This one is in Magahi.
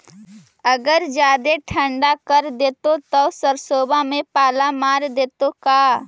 अगर जादे ठंडा कर देतै तब सरसों में पाला मार देतै का?